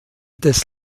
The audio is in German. des